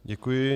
Děkuji.